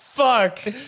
Fuck